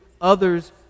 others